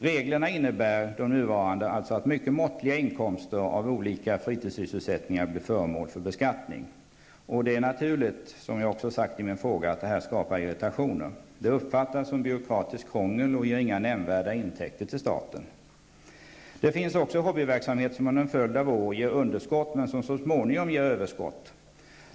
De nuvarande reglerna innebär att mycket måttliga inkomster av olika fritidssysselsättningar blir föremål för beskattning. Detta skapar naturligtvis -- som jag också tog upp i min fråga -- irritationer. Reglerna uppfattas som byråkratiskt krångel och de ger inga nämnvärda intäkter till staten. Det finns också hobbyverksamheter som under en följd av år ger underskott, men som så småningom ger överskott.